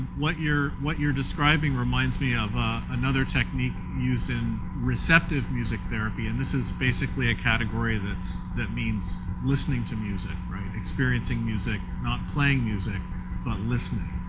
what your what your describing reminds me of another technique used in receptive music therapy and this is basically a category that means listening to music, right, experiencing music, not playing music but listening.